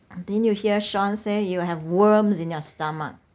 didn't you hear shawn say you'll have worms in your stomach